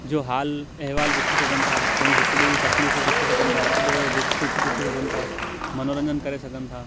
जो हालु अहिवाल पुछी सघनि था पंहिंजी हिकु ॿिएं जी तकलीफ़ू पुछी सघनि था हिकु ॿिए जो दुखु सुखु पुछी सघनि था मनोरंजन करे सघनि था